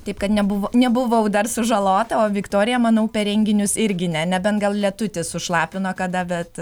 taip kad nebuvo nebuvau dar sužalota o viktorija manau per renginius irgi ne nebent gal lietutis sušlapino kada bet